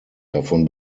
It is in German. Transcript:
davon